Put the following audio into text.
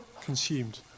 consumed